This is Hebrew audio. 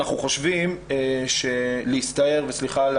אנחנו חושבים שלהסתער וסליחה על